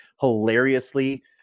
hilariously